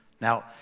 Now